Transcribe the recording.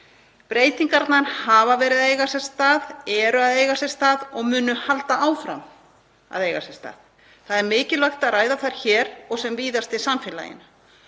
Breytingarnar hafa verið að eiga sér stað, eru að eiga sér stað og munu halda áfram að eiga sér stað. Það er mikilvægt að ræða þær hér og sem víðast í samfélaginu.